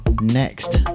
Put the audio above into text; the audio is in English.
next